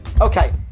Okay